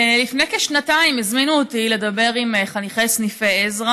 לפני כשנתיים הזמינו אותי לדבר עם חניכי סניפי עזרא